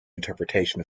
interpretation